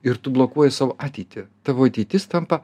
ir tu blokuoji savo ateitį tavo ateitis tampa